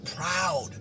proud